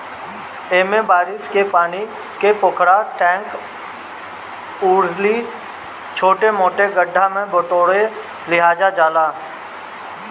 एमे बारिश के पानी के पोखरा, टैंक अउरी छोट मोट गढ्ढा में बिटोर लिहल जाला